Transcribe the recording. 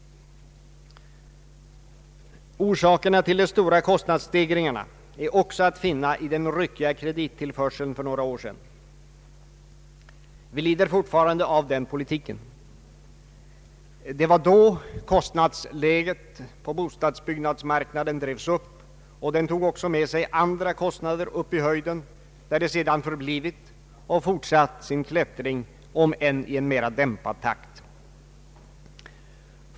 Orsakerna till de stora kostnadsstegringarna är också att finna i den ryckiga kredittillförseln för några år sedan. Vi lider fortfarande av den politiken. Det var då kostnadsläget på bostadsbyggnadsmarknaden drevs upp, och det drog med sig också andra kostnader upp i höjden, där de sedan förblivit och fortsatt sin klättring om än i en mera dämpad takt.